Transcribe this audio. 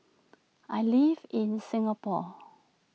I live in Singapore